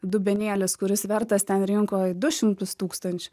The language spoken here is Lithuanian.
dubenėlis kuris vertas ten rinkoj du šimtus tūkstančių